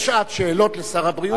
יש שעת שאלות לשר הבריאות.